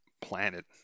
planet